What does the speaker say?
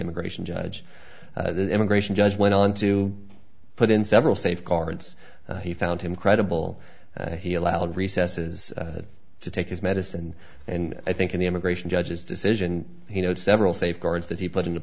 immigration judge the immigration judge went on to put in several safeguards he found him credible and he allowed recesses to take his medicine and i think in the immigration judge's decision you know several safeguards that he put into